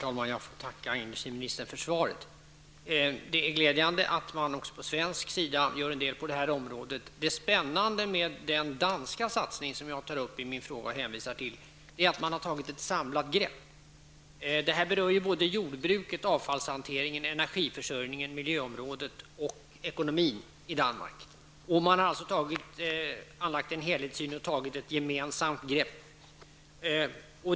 Herr talman! Jag får tacka industriministern för svaret. Det är glädjande att man också på svensk sida gör en del på det här området. Det är spännande med den danska satsning som jag hänvisar till i min fråga. Där har man tagit ett samlat grepp. Det berör både jordbruket, avfallshanteringen, energiförsörjningen, miljöområdet och ekonomin i Danmark. Man har alltså anlagt en helhetssyn och tagit ett gemensamt grepp.